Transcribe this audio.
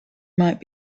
might